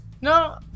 No